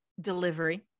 delivery